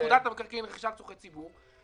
פקודת המקרקעין (רכישה לצרכי ציבור),